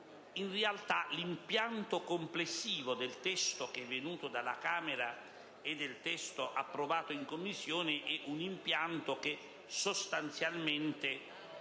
in realtà l'impianto complessivo del testo che è venuto dalla Camera e del testo approvato in Commissione sostanzialmente